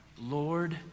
Lord